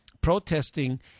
protesting